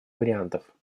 вариантов